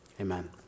Amen